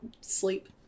sleep